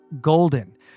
golden